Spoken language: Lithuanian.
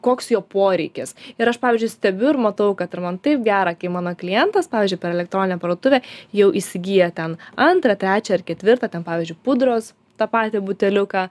koks jo poreikis ir aš pavyzdžiui stebiu ir matau kad ir man taip gera kai mano klientas pavyzdžiui per elektroninę parduotuvę jau įsigyja ten antrą trečią ar ketvirtą ten pavyzdžiui pudros tą patį buteliuką